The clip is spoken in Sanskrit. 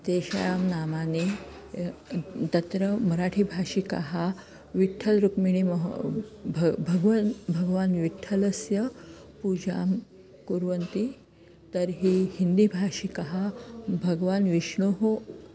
तेषां नामानि तत्र मराठिभाषिकाः विठ्ठलरुक्मिणी महो भ भगवान् भगवान् विठ्ठलस्य पूजां कुर्वन्ति तर्हि हिन्दीभाषिकाः भगवान् विष्णुः